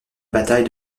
bataille